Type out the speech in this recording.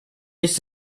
nicht